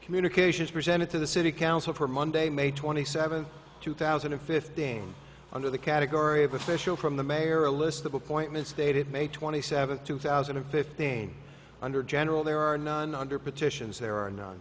communications presented to the city council for monday may twenty seventh two thousand and fifteen under the category of official from the mayor a list of appointments dated may twenty seventh two thousand and fifteen under general there are none under petitions there are no